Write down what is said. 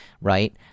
right